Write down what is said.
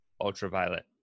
ultraviolet